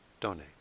donate